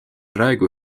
praegu